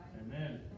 Amen